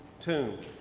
tomb